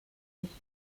ich